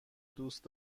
دوست